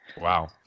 Wow